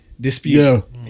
dispute